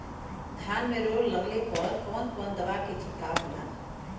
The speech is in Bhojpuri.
धान में रोग लगले पर कवन कवन दवा के छिड़काव होला?